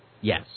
Yes